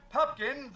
Pupkin